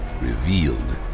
revealed